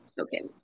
Okay